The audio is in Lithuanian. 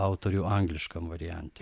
autorių angliškam variante